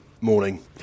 Morning